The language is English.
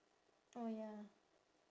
orh ya